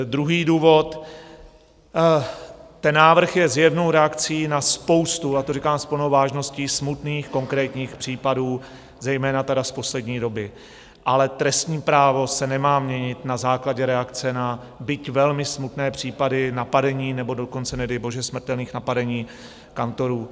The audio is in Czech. Druhý důvod, ten návrh je zjevnou reakcí na spoustu, a to říkám s plnou vážností, smutných konkrétních případů, zejména tedy z poslední doby, ale trestní právo se nemá měnit na základě reakce na byť velmi smutné případy napadení, nebo dokonce nedejbože smrtelných napadení kantorů.